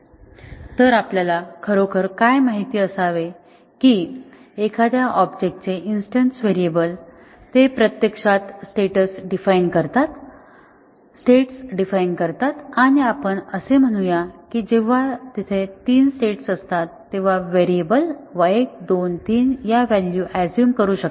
तर आपल्याला खरोखर काय माहित असावे की एखाद्या ऑब्जेक्टचे इन्स्टन्स व्हेरिएबल्स ते प्रत्यक्षात स्टेट्स डिफाइन करतात आणि आपण असे म्हणूया की जेव्हा तिथे तीन स्टेट्स असतात तेव्हा व्हेरिएबल 1 2 3 या व्हॅलू एज्युम करू शकते